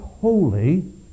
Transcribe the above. holy